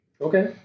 Okay